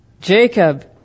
Jacob